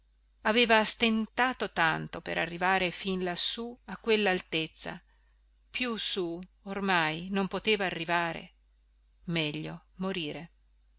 aveva stentato tanto per arrivare fin lassù a quellaltezza più su ormai non poteva arrivare meglio morire